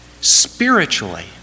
Spiritually